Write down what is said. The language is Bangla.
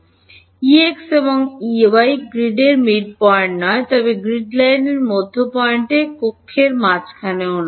Ex এবং Ey গ্রিডের মিডপয়েন্টে নয় তবে গ্রিড লাইনের মধ্যপয়েন্টে কক্ষের মাঝখানে নয়